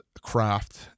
craft